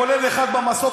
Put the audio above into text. כולל אחד במסוק,